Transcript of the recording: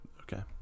okay